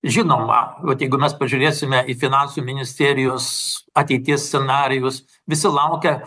žinoma jeigu mes pažiūrėsime į finansų ministerijos ateities scenarijus visi laukia